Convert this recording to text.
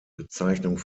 bezeichnung